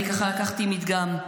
אני לקחתי מדגם.